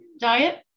diet